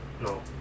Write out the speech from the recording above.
No